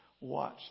watch